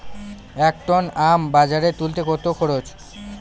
এক টন আম বাজারে তুলতে কত খরচ?